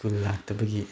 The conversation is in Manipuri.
ꯁ꯭ꯀꯨꯜ ꯂꯥꯛꯇꯕꯒꯤ